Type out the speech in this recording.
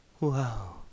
Wow